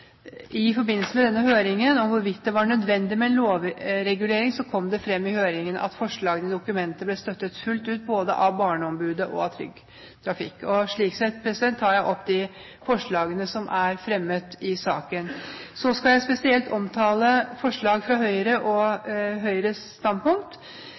i forbindelse med denne høringen om hvorvidt det var nødvendig med en lovregulering, kom det fram i høringen at forslagene i dokumentet ble støttet fullt ut både av barneombudet og av Trygg Trafikk, og slik sett viser jeg til de forslagene som er fremmet i saken. Så vil jeg spesielt omtale forslag fra Høyre og Høyres standpunkt.